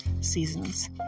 seasons